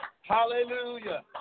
Hallelujah